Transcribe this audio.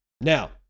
Now